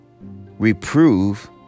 reprove